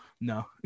no